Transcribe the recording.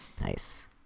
Nice